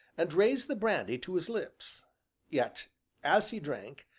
and raised the brandy to his lips yet as he drank,